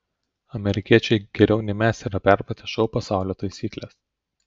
amerikiečiai geriau nei mes yra perpratę šou pasaulio taisykles